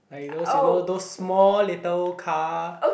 like those you know those small little car